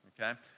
okay